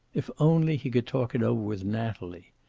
if only he could talk it over with natalie!